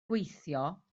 gweithio